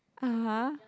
(uh huh)